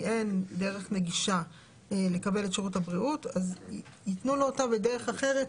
אין דרך נגישה ולכן ייתנו לו אותה בדרך אחרת,